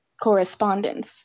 correspondence